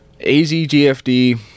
AZGFD